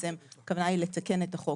הכוונה היא לתקן את החוק,